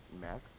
Mac